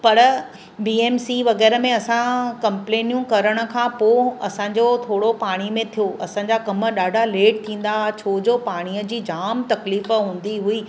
पर B M C वग़ैरह में असां कंप्लेनियूं करण खां पोइ असांजो थोरो पाणी में थियो असांजा कमु ॾाढा लेट थींदा हुआ छोजो पाणीअ जी जाम तकलीफ़ हूंदी हुई